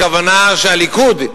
הכוונה שהליכוד,